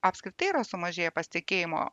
apskritai yra sumažėję pasitikėjimo